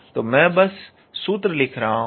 तो मैं बस सूत्र लिख रहा हूं